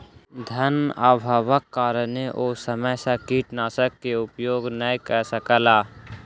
धनअभावक कारणेँ ओ समय सॅ कीटनाशक के उपयोग नै कअ सकला